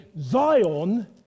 Zion